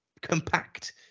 compact